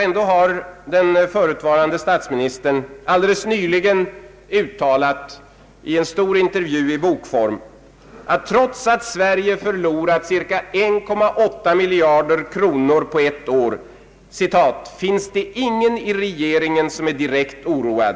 Ändå har den förutvarande statsministern nyligen uttalat i en intervju i bokform att trots att Sverige förlorat ca 1,8 miljarder kronor på ett år ”finns det ingen i regeringen som är direkt oroad”.